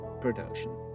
production